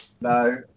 No